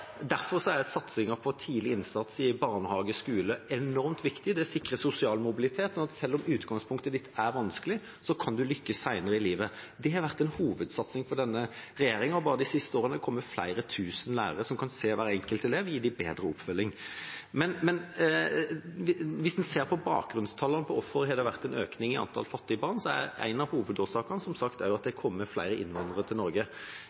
Derfor er satsingen på tidlig innsats i barnehage og skole enormt viktig. Det sikrer sosial mobilitet. Så selv om utgangspunktet er vanskelig, kan man lykkes senere i livet. Det har vært en hovedsatsing fra denne regjeringa. Bare de siste årene har det kommet til flere tusen lærere, som kan se hver enkelt elev, gi dem bedre oppfølging. Hvis en ser på bakgrunnstallene for hvorfor det har blitt flere fattige barn, er en av hovedårsakene, som sagt, at det er kommet flere innvandrere til Norge.